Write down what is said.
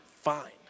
fine